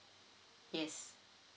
yes